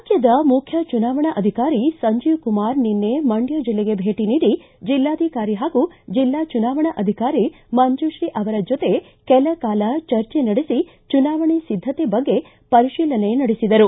ರಾಜ್ಯದ ಮುಖ್ಯ ಚುನಾವಣಾಧಿಕಾರಿ ಸಂಜೀವ್ಕುಮಾರ್ ನಿನ್ನೆ ಮಂಡ್ಕ ಜಿಲ್ಲೆಗೆ ಭೇಟಿ ನೀಡಿ ಜಿಲ್ಲಾಧಿಕಾರಿ ಹಾಗೂ ಜಿಲ್ಲಾ ಚುನಾವಣಾಧಿಕಾರಿ ಮಂಜುಶ್ರೀ ಅವರ ಜೊತೆ ಕೆಲಕಾಲ ಚರ್ಚೆ ನಡೆಸಿ ಚುನಾವಣೆ ಸಿದ್ದತೆ ಬಗ್ಗೆ ಪರಿಶೀಲನೆ ನಡೆಸಿದರು